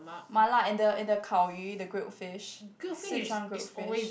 ma-la and the and the kao-yu the grilled fish Sichuan grilled fish